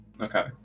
Okay